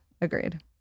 Agreed